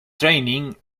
training